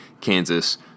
Kansas